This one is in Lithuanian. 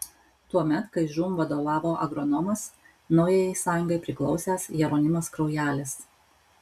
tuomet kai žūm vadovavo agronomas naujajai sąjungai priklausęs jeronimas kraujelis